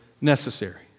necessary